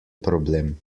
problem